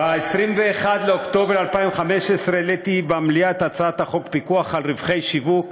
ב-21 באוקטובר 2015 העליתי במליאה את הצעת חוק פיקוח על רווחי שיווק